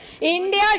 India